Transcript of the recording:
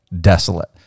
desolate